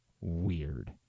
weird